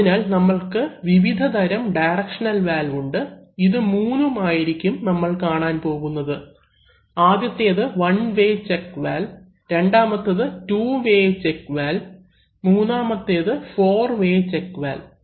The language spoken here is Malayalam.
അതിനാൽ നമ്മൾക്ക് വിവിധതരം ഡയറക്ഷണൽ വാൽവ് ഉണ്ട് ഇത് മൂന്നും ആയിരിക്കും നമ്മൾ കാണാൻ പോകുന്നത് ആദ്യത്തേത് വൺവേ ചെക്ക് വാൽവ് രണ്ടാമത്തേത് ടുവേ ചെക്ക് വാൽവ് മൂന്നാമത്തേത് ഫോർവേ ചെക്ക് വാൽവ്